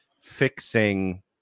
fixing